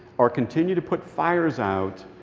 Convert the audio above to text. or continue to put fires out,